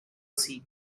sea